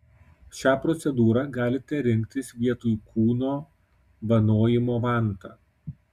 šią procedūrą galite rinktis vietoj kūno vanojimo vanta